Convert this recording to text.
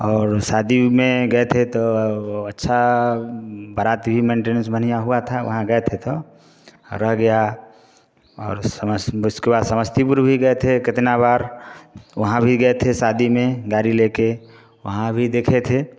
और शादी में गए थे तो अच्छा बराती मेन्टीनेंस बढ़िया हुआ था वहाँ गए थे तो रह गया और उसके बाद समस्तीपुर भी गए थे कितना बार वहाँ भी गए थे शादी में गाड़ी लेके वहाँ भी देखे थे